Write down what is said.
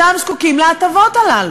שם זקוקים להטבות הללו.